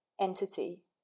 entity